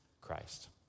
Christ